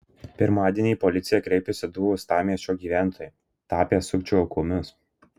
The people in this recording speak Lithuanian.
pirmadienį į policiją kreipėsi du uostamiesčio gyventojai tapę sukčių aukomis